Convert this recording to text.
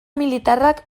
militarrak